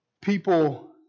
people